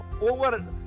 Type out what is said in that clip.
over